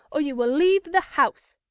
or you will leave the house.